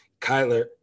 Kyler